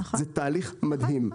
זה תהליך מדהים.